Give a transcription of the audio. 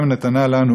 אין לו בעיה עם האו"ם.